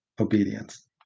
obedience